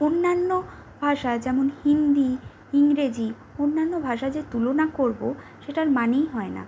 অন্যান্য ভাষা যেমন হিন্দি ইংরেজি অন্যান্য ভাষা যে তুলনা করবো সেটার মানেই হয় না